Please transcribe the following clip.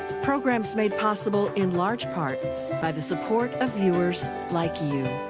programs made possible in large part by the support of viewers like you.